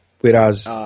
whereas